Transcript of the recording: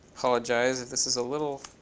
apologize if this is a little